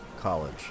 College